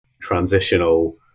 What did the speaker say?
transitional